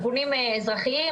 ארגונים אזרחיים,